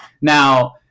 Now